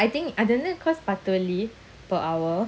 but I think அதுஎன்ன:adhu enna cause பதலி:pathali per hour